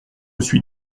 suis